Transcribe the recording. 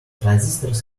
transistors